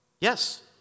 Yes